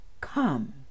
come